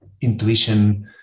intuition